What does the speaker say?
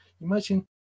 imagine